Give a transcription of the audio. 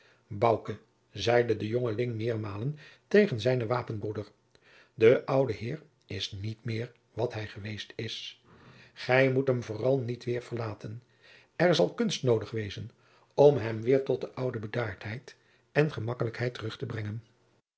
zeide de jongeling meermalen tegen zijnen wapenbroeder de oude heer is niet meer wat hij geweest is gij moet hem vooral niet weêr verlaten er zal kunst noodig wezen om hem weêr tot de oude bedaardheid en gemakkelijkheid terug te brengen